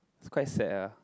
it's quite sad ah